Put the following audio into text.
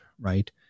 right